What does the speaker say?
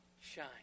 shine